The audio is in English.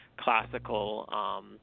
classical